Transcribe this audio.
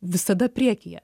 visada priekyje